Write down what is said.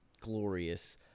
glorious